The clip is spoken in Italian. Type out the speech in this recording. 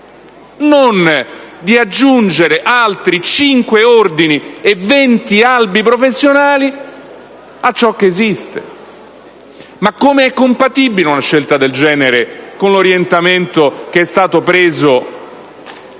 non di aggiungere altri cinque ordini e venti albi professionali a ciò che già esiste. Mi chiedo come sia compatibile una scelta del genere con l'orientamento assunto dal